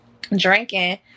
drinking